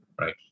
right